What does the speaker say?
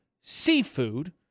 seafood